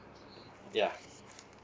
yeah